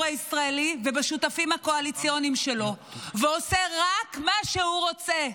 הישראלי ובשותפים הקואליציוניים שלו ועושה רק מה שהוא רוצה.